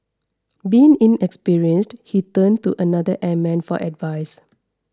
being inexperienced he turned to another airman for advice